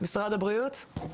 משרד הבריאות?